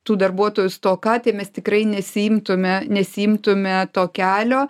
tų darbuotojų stoka tai mes tikrai nesiimtume nesiimtume to kelio